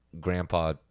grandpa